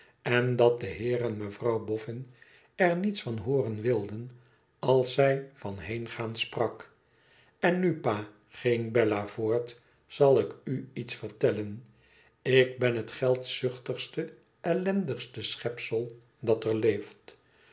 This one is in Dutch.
en dat de heer en mevrouw boffin er niets van hooren wilden als zij van heengaan sprak en nu pa ging bella voort t zal ik u iets vertellen ik ben het geld zuchtigste ellendigste schepsel dat er leeft